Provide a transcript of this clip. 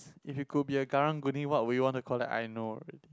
if you could be a karang-guni what would you want to collect I know already